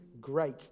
Great